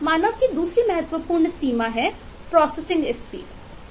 मानवि की दूसरी महत्पपूर्ण सीमा प्रोसेसिंग स्पीड है